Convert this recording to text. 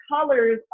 colors